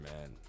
man